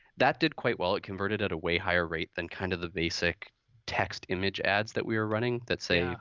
that did quite well, it converted at a way higher rate than kind of the basic text image ads that we were running that say,